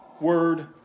word